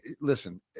listen